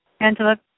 Angela